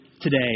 today